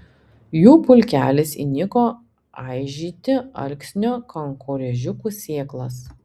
jų pulkelis įniko aižyti alksnio kankorėžiukų sėklas